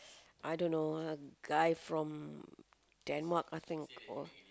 I don't know guy from Denmark I think or